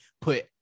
put